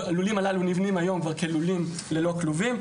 הלולים הללו נבנים היום כלולים ללא כלובים.